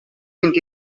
vint